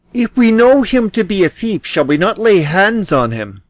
if we know him to be a thief, shall we not lay hands on him?